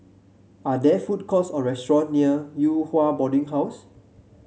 are there food courts or restaurant near Yew Hua Boarding House